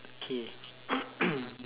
K